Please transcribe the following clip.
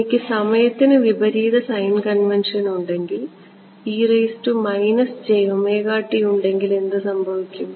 എനിക്ക് സമയത്തിന് വിപരീത സൈൻ കൺവെൻഷൻ ഉണ്ടെങ്കിൽ എനിക്ക് ഉണ്ടെങ്കിൽ എന്ത് സംഭവിക്കും